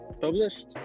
published